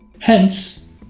Hence